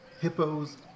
hippos